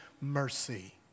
mercy